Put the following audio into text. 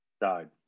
died